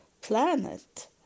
planet